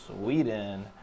Sweden